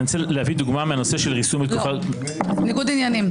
אני רוצה להביא דוגמה --- לא, ניגוד עניינים.